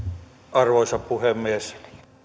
arvoisa puhemies